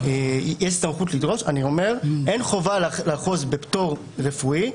אין חובה לאחוז בפטור רפואי.